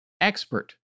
expert